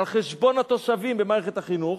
על חשבון התושבים, במערכת החינוך,